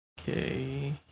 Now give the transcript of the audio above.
okay